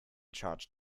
charge